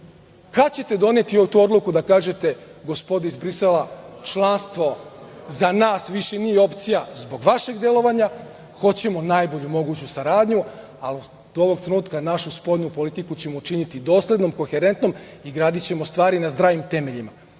35.Kada ćete doneti tu odluku da kažete – gospodo iz Brisela, članstvo za nas više nije opcija zbog vašeg delovanja hoćemo najbolju moguću saradnju, ali ovog trenutka našu spoljnu politiku ćemo učiniti doslednom koherentnom i gradićemo stvari na zdravim temeljima.